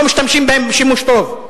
ולא משתמשים בהן שימוש טוב.